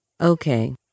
Okay